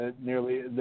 nearly –